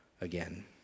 again